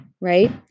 right